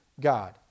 God